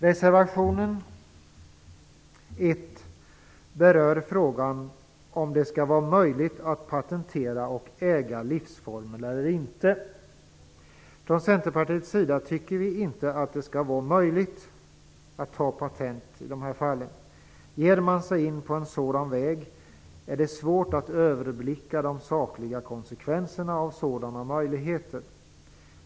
Reservation 1 berör frågan om det skall vara möjligt att patentera och äga livsformer eller inte. Från Centerpartiets sida tycker vi inte att det skall vara möjligt att ta patent i de här fallen. Ger man sig in på en sådan väg, är det svårt att överblicka de sakliga konsekvenserna.